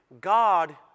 God